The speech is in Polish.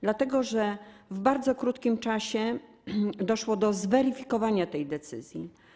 Dlatego że w bardzo krótkim czasie doszło do zweryfikowania tej decyzji.